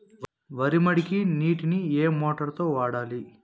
వరి మడికి నీటిని ఏ మోటారు తో వాడాలి?